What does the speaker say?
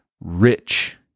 rich